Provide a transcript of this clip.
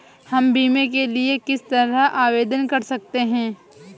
हम बीमे के लिए किस तरह आवेदन कर सकते हैं?